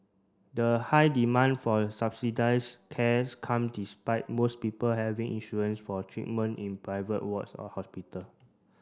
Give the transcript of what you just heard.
the high demand for subsidised cares come despite most people having insurance for treatment in private wards or hospital